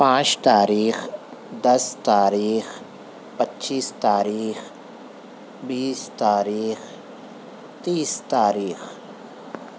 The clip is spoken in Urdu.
پانچ تاریخ دس تاریخ پچیس تاریخ بیس تاریخ تیس تاریخ